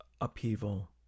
upheaval